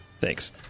Thanks